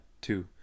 two